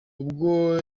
ubwo